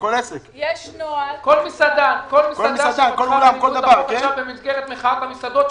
וכל מסעדה שפועלת במסגרת מחאת המסעדות,